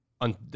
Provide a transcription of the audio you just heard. On